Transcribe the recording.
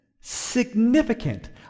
Significant